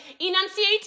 enunciate